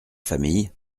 famille